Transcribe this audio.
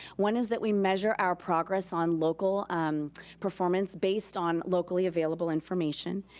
one is that we measure our progress on local um performance based on locally available information,